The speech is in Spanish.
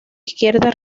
izquierda